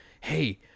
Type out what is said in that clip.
hey